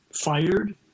fired